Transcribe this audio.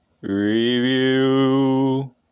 Review